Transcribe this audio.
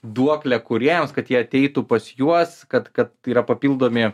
duoklė kūrėjams kad jie ateitų pas juos kad kad yra papildomi